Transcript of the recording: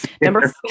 Number